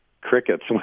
crickets